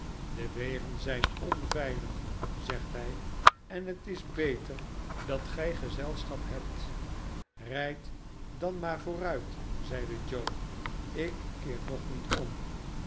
de wegen zijn onveilig zegt hij en het is beter dat gij gezelschap hebt rijd dan maar vobruit zeide joe ik keer nog niet om